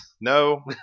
No